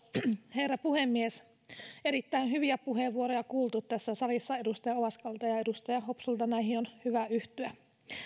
herra puhemies erittäin hyviä puheenvuoroja kuultu tässä salissa edustaja ovaskalta ja edustaja hopsulta näihin on hyvä yhtyä